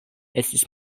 estis